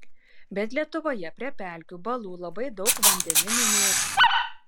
bet lietuvoje prie pelkių balų labai daug vandeninių mėtų